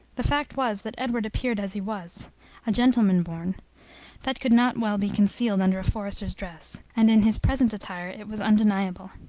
the fact was, that edward appeared as he was a gentleman born that could not well be concealed under a forester's dress, and in his present attire it was undeniable.